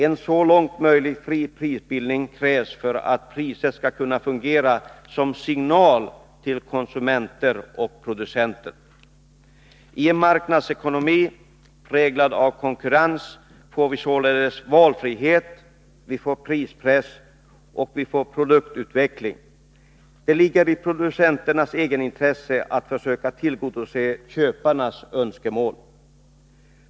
En så långt som möjligt fri prisbildning krävs för att priset skall kunna fungera som signal till konsumenter och producenter. I en marknadsekonomi präglad av konkurrens får vi således valfrihet, prispress och produktutveckling. Det ligger i producenternas eget intresse att försöka tillgodose köparnas önskemål.